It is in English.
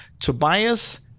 Tobias